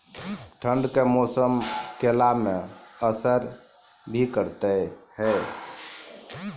ठंड के मौसम केला मैं असर भी करते हैं?